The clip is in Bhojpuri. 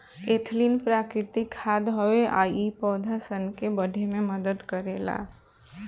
एथलीन प्राकृतिक खाद हवे आ इ पौधा सन के बढ़े में मदद करेला